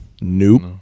Nope